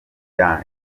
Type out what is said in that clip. than